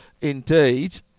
indeed